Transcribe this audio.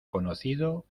conocido